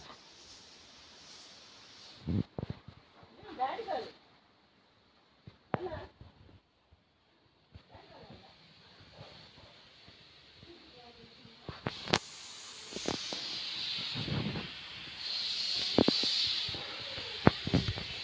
ನನಗೆ ಒಂದು ವರ್ಷದ ಬ್ಯಾಂಕ್ ಸ್ಟೇಟ್ಮೆಂಟ್ ಬೇಕಿತ್ತು